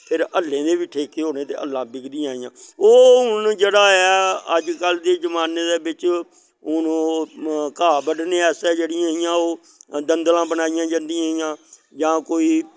फेर हल्लें दे बी ठेके होने ते हल्लां बिकदियां हियां ओ हुन जेह्ड़ा ऐ अज कल दे जमाने दै बिच्च हुन ओह् घाह् बड्डने आस्तै जेह्ड़ियां हियां ओह् दंदलां बनाईयां जंदियां हियां जां कोई